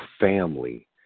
family